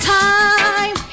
time